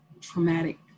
traumatic